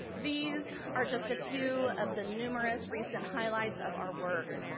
these are just a few of the numerous recent highlights of our work.